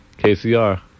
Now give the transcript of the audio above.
KCR